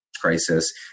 crisis